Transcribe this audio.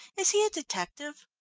is he a detective?